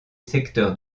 secteur